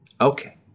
Okay